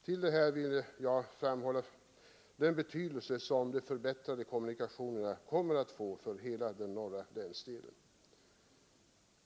Till detta vill jag framhålla den betydelse som förbättrade kommunikationer kommer att få för hela den norra länsdelen.